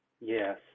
yes